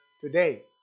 today